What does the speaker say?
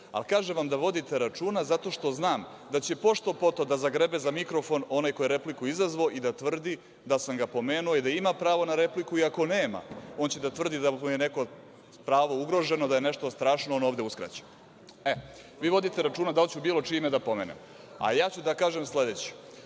ali kažem vam da vodite računa, zato što znam da će pošto-poto da zagrebe za mikrofon onaj koji je repliku izazvao i da tvrdi da sam ga pomenuo, da ima pravo na repliku, iako nema. On će da tvrdi da mu je neko pravo ugroženo, da je nešto strašno on ovde uskraćen. Vi vodite računa da li ću bilo čije ime da pomenem, a ja ću da kažem sledeće. Godine